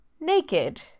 naked